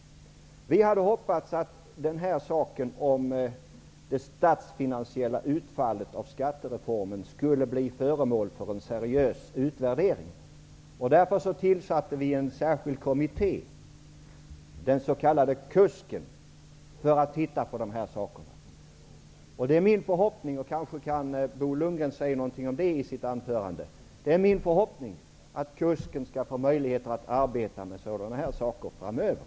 Vi hade hoppas att det statsfinansiella utfallet av skattereformen skulle bli föremål för en seriös utvärdering. Därför tillsatte vi en särskild kommitté, den s.k. Kusken, för att titta på de här sakerna. Kanske kan Bo Lundgren säga någonting om det i sitt anförande. Det är min förhoppning att Kusken skall få möjlighet att arbeta med sådana här saker framöver.